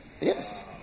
Yes